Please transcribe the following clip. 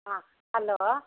ಹಾಂ ಅಲೋ